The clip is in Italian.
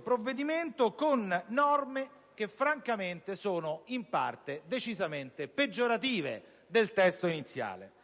provvedimento con norme che francamente sono in parte decisamente peggiorative del testo iniziale.